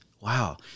Wow